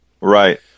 Right